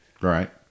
Right